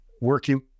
working